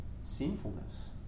sinfulness